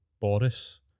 Boris